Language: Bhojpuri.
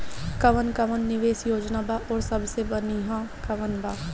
कवन कवन निवेस योजना बा और सबसे बनिहा कवन बा?